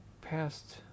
past